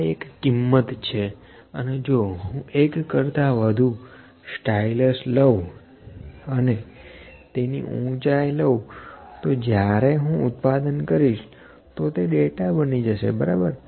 આ એક કીમત છે અને જો હું એક કરતાં વધું સ્ટાઇલશ લઉ અને તેની ઊંચાઈ લઉ તો જ્યારે હું ઉત્પાદન કરીશ તો તે ડેટા બની જશે બરાબર